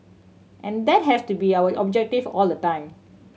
and that has to be our objective all the time